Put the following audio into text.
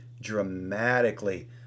dramatically